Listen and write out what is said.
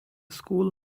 school